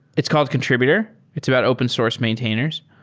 it's called contributor. it's about open source maintainers.